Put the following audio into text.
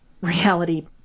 reality